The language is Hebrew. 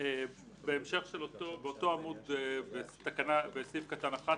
בהמשך באותו עמוד בסעיף קטן (11)